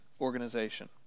organization